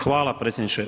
Hvala predsjedniče.